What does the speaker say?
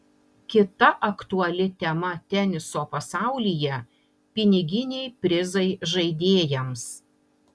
kita aktuali tema teniso pasaulyje piniginiai prizai žaidėjams